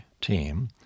team